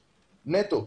נטו,